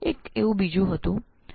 તેના જેવું જ બીજું કઈંક